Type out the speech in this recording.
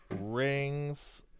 rings